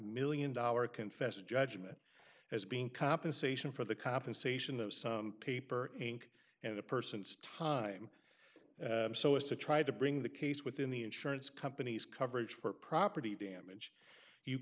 million dollar confess judgment as being compensation for the compensation the paper ink and the person's time so as to try to bring the case within the insurance company's coverage for property damage you